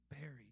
buried